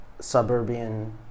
suburban